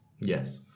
Yes